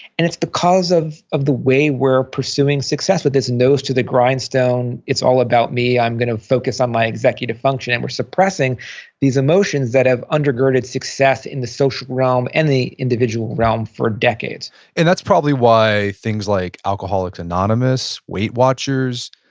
and it's because of of the way we're pursuing success with this nose to the grindstone, it's all about me. i'm going to focus on my executive function. and we're suppressing these emotions that have undergirded success in the social realm and the individual realm for decades and that's probably why things like alcoholics anonymous, weight watchers,